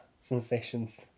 sensations